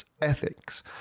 Ethics